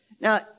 Now